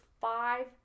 five